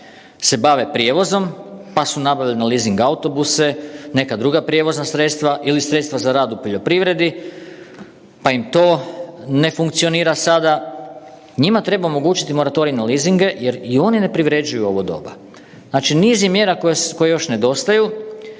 se bave prijevozom pa su nabavili na lizing autobuse, neka druga prijevozna sredstva ili sredstva za rad u poljoprivredi pa im to ne funkcionira sada, njima treba omogućiti moratorij na lizinge jer i oni ne privređuju u ovo doba. Znači niz je mjera koje još nedostaju